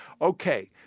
Okay